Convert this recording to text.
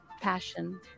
passion